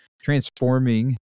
transforming